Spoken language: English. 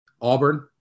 Auburn